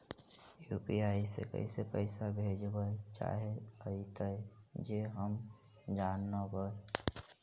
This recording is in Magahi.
यु.पी.आई से कैसे पैसा भेजबय चाहें अइतय जे हम जानबय?